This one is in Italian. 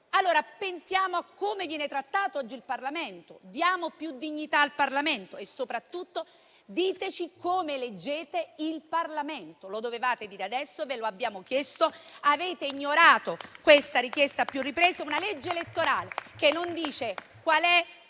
crisi? Pensiamo a come viene trattato oggi il Parlamento: diamo più dignità al Parlamento e soprattutto diteci come eleggete il Parlamento. Lo dovevate dire adesso, ve lo abbiamo chiesto, ma avete ignorato questa richiesta a più riprese. È una legge elettorale che non dice come